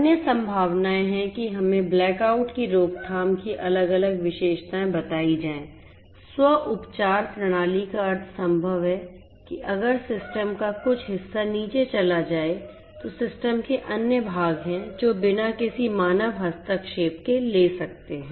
अन्य संभावनाएं हैं कि हमें ब्लैक आउट की रोकथाम की अलग अलग विशेषताएं बताई जाएं स्व उपचार प्रणाली का अर्थ संभव है कि अगर सिस्टम का कुछ हिस्सा नीचे चला जाए तो सिस्टम के अन्य भाग हैं जो बिना किसी मानव हस्तक्षेप के ले सकते हैं